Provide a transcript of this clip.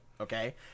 okay